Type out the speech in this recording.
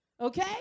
okay